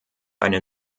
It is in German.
eine